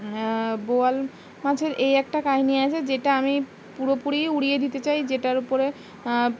বোয়াল মাছের এই একটা কাহিনি আছে যেটা আমি পুরোপুরিই উড়িয়ে দিতে চাই যেটার উপরে